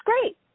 great